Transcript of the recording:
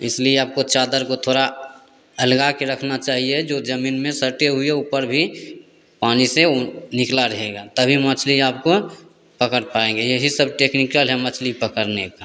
इसलिए आपको चादर को थोड़ा अलग के रखना चाहिए जो जमीन में सटे हुए ऊपर भी पानी से वो निकला रहेगा तभी मछली आपको पकड़ पाएंगे यही सब टेक्निकल है मछली पकड़ने का